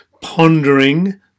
pondering